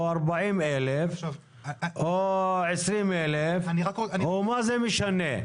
או 40,000 או 20,000, מה זה משנה?